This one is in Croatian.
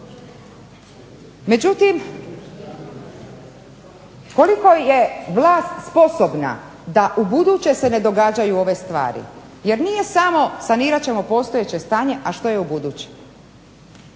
Međutim, koliko je vlast sposobna da u buduće se ne događaju ove stvari. Jer nije samo sanirat ćemo postojeće stanje, a što je u buduće.